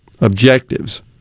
objectives